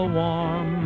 warm